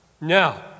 Now